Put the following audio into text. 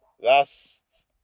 last